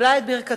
וקיבלה את ברכתו,